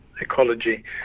ecology